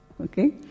okay